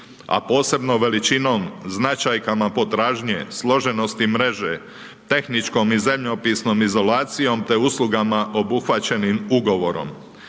a posebno veličinom značajkama potražnje, složenosti mreže, tehničkom i zemljopisnom izolacijom, te uslugama obuhvaćenim ugovorom.